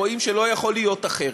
רואים שלא יכול להיות אחרת.